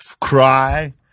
cry